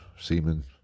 seamen